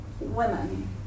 women